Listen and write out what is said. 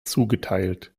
zugeteilt